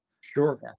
sure